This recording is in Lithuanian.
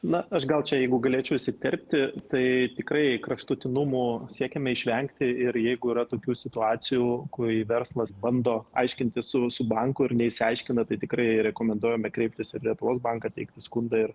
na aš gal čia jeigu galėčiau įsiterpti tai tikrai kraštutinumo siekiame išvengti ir jeigu yra tokių situacijų kai verslas bando aiškintis su visu banku ir neišsiaiškina tai tikrai rekomenduojame kreiptis į lietuvos banką teikti skundą ir